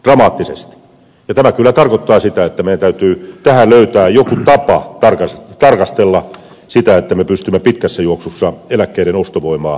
ja tämä kyllä tarkoittaa sitä että meidän täytyy tähän löytää joku tapa tarkastella sitä että me pystymme pitkässä juoksussa eläkkeiden ostovoimaa säilyttämään